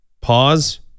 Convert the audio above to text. pause